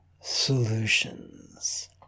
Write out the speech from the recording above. Solutions